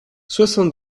soixante